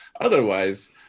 otherwise